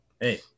Hey